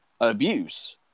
abuse